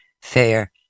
fair